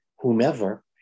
whomever